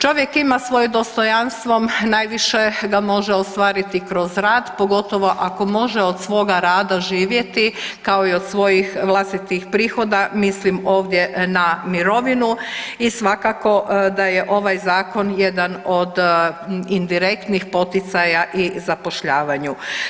Čovjek ima svoje dostojanstvo, najviše ga može ostvariti kroz rad, pogotovo ako može od svoga rada živjeti kao i od svojih vlastitih prihoda, mislim ovdje na mirovinu, i svakako da je ovaj zakon jedan od indirektnih poticaja i zapošljavanju.